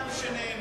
תודה רבה.